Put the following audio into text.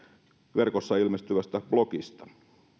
verkossa ilmestyvästä blogista